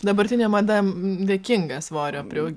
dabartinė mada dėkinga svorio prieaugi